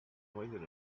pointed